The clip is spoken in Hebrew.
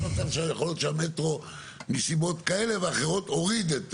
יש מצב שיכול להיות שהמטרו מסיבות כאלה ואחרות הוריד את